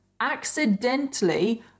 accidentally